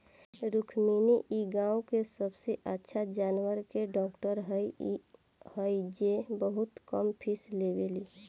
रुक्मिणी इ गाँव के सबसे अच्छा जानवर के डॉक्टर हई जे बहुत कम फीस लेवेली